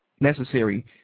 necessary